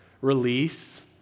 release